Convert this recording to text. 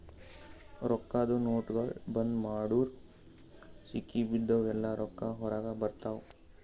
ರೊಕ್ಕಾದು ನೋಟ್ಗೊಳ್ ಬಂದ್ ಮಾಡುರ್ ಸಿಗಿಬಿದ್ದಿವ್ ಎಲ್ಲಾ ರೊಕ್ಕಾ ಹೊರಗ ಬರ್ತಾವ್